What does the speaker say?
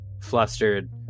flustered